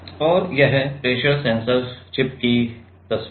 और यह pressure sensor chip की तस्वीर है